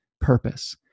purpose